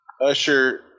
Usher